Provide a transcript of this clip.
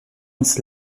ins